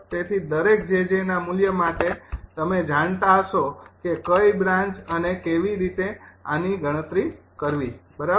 તેથી દરેક 𝑗𝑗ના મૂલ્ય માટે તમે જાણતા હશો કે કઈ બ્રાન્ચ અને કેવી રીતે આની ગણતરી કરવી બરાબર